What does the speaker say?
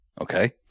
Okay